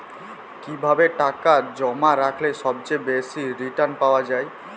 কিভাবে টাকা জমা রাখলে সবচেয়ে বেশি রির্টান পাওয়া য়ায়?